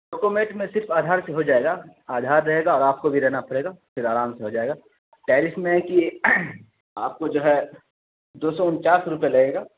document میں صرف آدھار سے ہو جائے گا آدھار رہے گا اور آپ کو بھی رہنا پڑے گا پھر آرام سے ہو جائے گا ٹیرف میں ہے کہ آپ کو جو ہے دو سو انچاس روپئے لگے گا